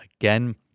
again